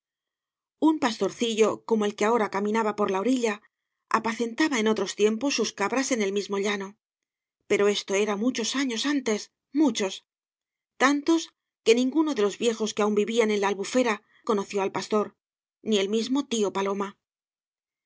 un pastorcillo como ei que ahora caminaba por la orilla apacentaba en otros tiempos bus cabras en el mismo llano pero esto era muchos años antes muchos tantos que ninguno de los viejos que aun vivían en la albufera conoció al pastor ni el mismo tío paloma